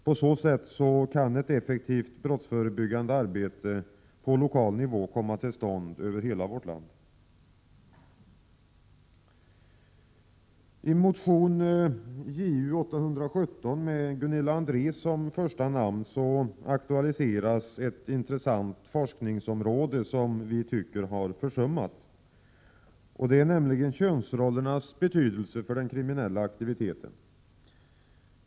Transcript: På så sätt kan ett effektivt brottsförebyggande arbete på lokal nivå komma till stånd över hela vårt land. I motion Ju817 med Gunilla André som första namn aktualiseras ett intressant forskningsområde, som vi tycker har försummats, nämligen könsrollernas betydelse för den kriminella aktiviteten.